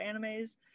animes